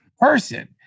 person